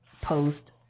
post